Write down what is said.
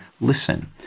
listen